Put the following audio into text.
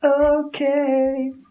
okay